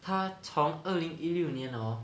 他从二零一六年 hor